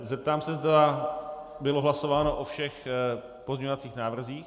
Zeptám se, zda bylo hlasováno o všech pozměňovacích návrzích.